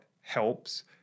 helps